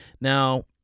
now